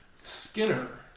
Skinner